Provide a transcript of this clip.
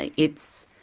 and it's